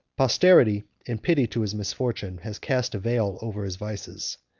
posterity, in pity to his misfortune, has cast a veil over his vices.